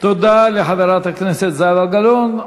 תודה לחברת הכנסת זהבה גלאון.